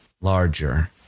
larger